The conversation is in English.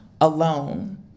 alone